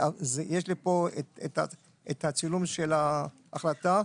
יש לי פה את הצילום של ההחלטה.